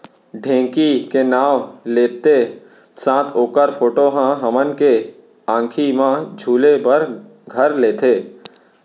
ढेंकी के नाव लेत्ते साथ ओकर फोटो ह हमन के आंखी म झूले बर घर लेथे